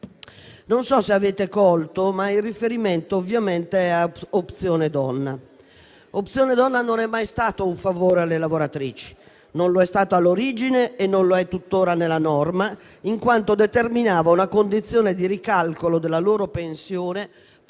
Non so se lo abbiate colto, ma il riferimento, ovviamente, è a opzione donna, che non è mai stata un favore alle lavoratrici, non lo è stata all'origine e non lo è tuttora nella norma, in quanto determinava una condizione di ricalcolo della loro pensione pur di